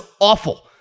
awful